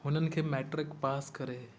हुननि खे matric pass करे